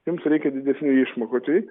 jums reikia didesnių išmokų tai